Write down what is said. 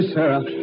Sarah